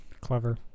Clever